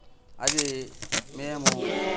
అది మేము